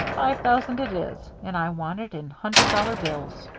five thousand it is and i want it in hundred-dollar bills.